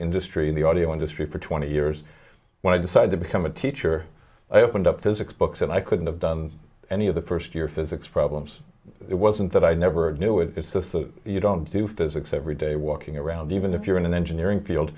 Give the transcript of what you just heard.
industry in the audio industry for twenty years when i decided to become a teacher i opened up physics books and i couldn't have done any of the first year physics problems it wasn't that i never knew it was so so you don't do physics every day walking around even if you're in an engineering field